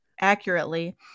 accurately